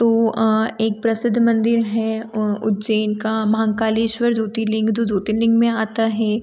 तो एक प्रसिद्ध मंदिर है उज्जैन का महाकालेश्वर जोतिर्लिंग जो जोतिर्लिंग में आता है